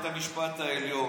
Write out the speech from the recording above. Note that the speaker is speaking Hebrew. בית המשפט העליון,